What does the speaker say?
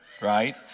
right